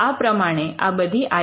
આ પ્રમાણે આ બધી આઈ